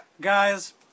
Guys